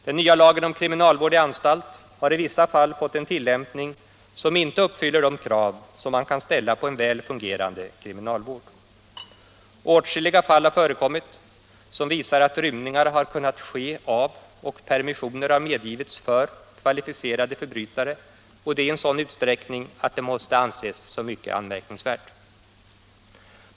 Den nya lagen om kriminalvård i anstalt har i vissa fall fått en tilllämpning som inte uppfyller de krav som man kan ställa på en väl fungerande kriminalvård. Åtskilliga fall har förekommit som visar att rymningar kunnat göras av och permissioner medgivits för kvalificerade förbrytare, och det i en sådan utsträckning att det måste anses mycket anmärkningsvärt.